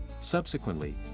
Subsequently